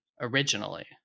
originally